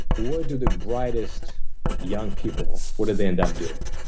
where do the brightest young people what do they end up doing?